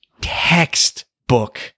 textbook